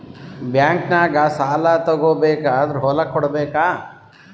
ಬ್ಯಾಂಕ್ನಾಗ ಸಾಲ ತಗೋ ಬೇಕಾದ್ರ್ ಹೊಲ ಕೊಡಬೇಕಾ?